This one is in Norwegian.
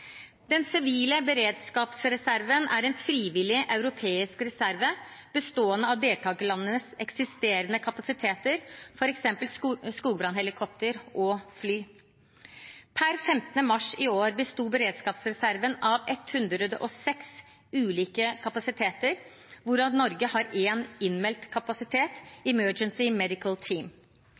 Den sivile beredskapsreserven er en frivillig europeisk reserve bestående av deltakerlandenes eksisterende kapasiteter, f.eks. skogbrannhelikopter og fly. Per 15. mars i år besto beredskapsreserven av 106 ulike kapasiteter, hvorav Norge har én innmeldt kapasitet, Emergency Medical Team.